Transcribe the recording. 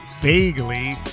vaguely